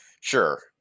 Sure